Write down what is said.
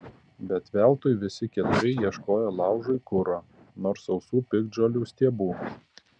bet veltui visi keturi ieškojo laužui kuro nors sausų piktžolių stiebų